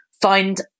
find